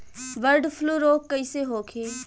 Bird flu रोग कईसे होखे?